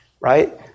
right